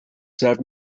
serve